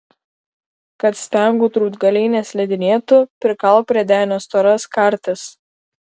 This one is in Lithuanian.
kad stengų drūtgaliai neslidinėtų prikalk prie denio storas kartis